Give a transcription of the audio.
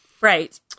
Right